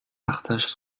partagent